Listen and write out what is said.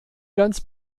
ganz